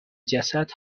جسد